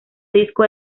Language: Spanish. disco